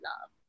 love